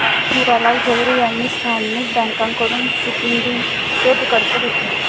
हिरा लाल झवेरी यांनी स्थानिक बँकांकडून सिंडिकेट कर्ज घेतले